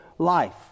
life